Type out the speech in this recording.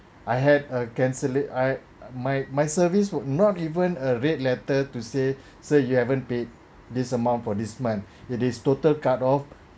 I had a cancel it I my my service were not even a red letter to say say you haven't paid this amount for this month it is total cut off